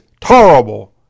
terrible